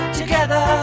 together